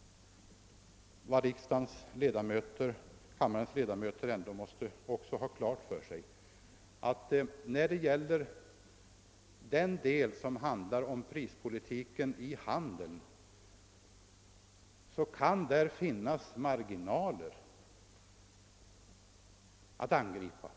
— detta är någonting som kamrarnas ledamöter säkerligen har klart för sig — att när det gäller prispolitiken i handeln, så kan där finnas marginaler att angripa.